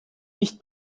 nicht